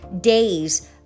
days